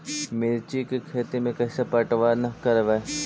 मिर्ची के खेति में कैसे पटवन करवय?